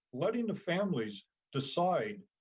letting the families decide